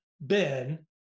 Ben